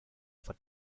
for